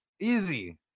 Easy